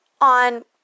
on